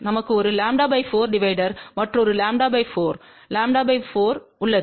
நமக்கு ஒருλ 4 டிவைடர் மற்றொருλ 4 மற்றொருλ 4 உள்ளது